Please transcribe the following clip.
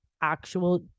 actual